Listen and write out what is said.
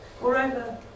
Moreover